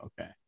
okay